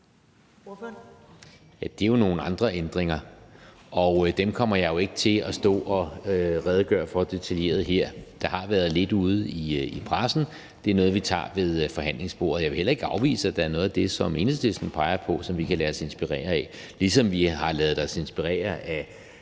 det er jo nogle andre ændringer, og dem kommer jeg jo ikke til at stå og redegøre for detaljeret her. Der har været lidt ude i pressen; det er noget, vi tager ved forhandlingsbordet. Jeg vil heller ikke afvise, at der er noget af det, som Enhedslisten peger på, som vi kan lade os inspirere af, ligesom vi har ladet os inspirere af